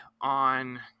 on